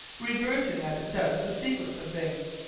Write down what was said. reversing as it does the sequence of things,